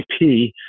IP